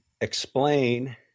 explain